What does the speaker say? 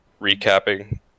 recapping